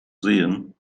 sehen